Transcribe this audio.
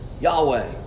Yahweh